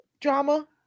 drama